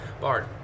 Bard